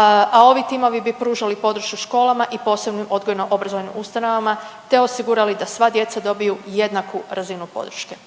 a ovi timovi bi pružali podršku školama i posebnim odgojno-obrazovnim ustanovama te osigurali da sva djeca dobiju jednaku razinu podrške.